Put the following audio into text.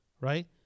right